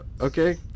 okay